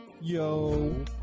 yo